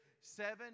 Seven